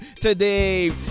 today